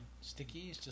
sticky